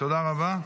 תודה רבה.